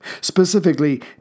Specifically